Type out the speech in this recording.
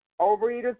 Overeaters